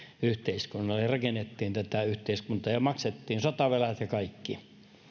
yhteiskunnalle ja rakennettiin tätä yhteiskuntaa ja maksettiin sotavelat ja kaikki